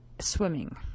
swimming